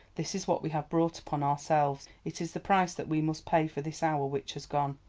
this is what we have brought upon ourselves, it is the price that we must pay for this hour which has gone.